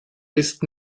ist